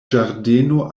ĝardeno